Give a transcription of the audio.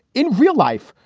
in real life,